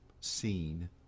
seen